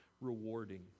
rewarding